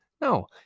No